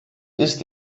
ist